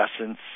essence